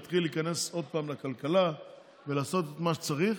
להתחיל להיכנס עוד פעם לכלכלה ולעשות את מה שצריך.